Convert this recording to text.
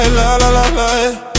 la-la-la-la